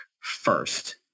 first